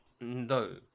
No